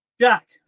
Jack